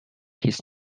his